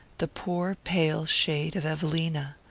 the poor pale shade of evelina,